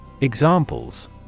Examples